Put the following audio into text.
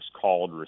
called